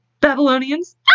Babylonians